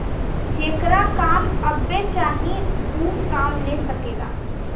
जेकरा काम अब्बे चाही ऊ काम ले सकेला